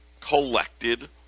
collected